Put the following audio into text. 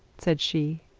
said she,